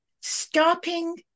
stopping